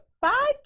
five